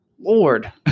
Lord